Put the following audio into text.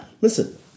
Listen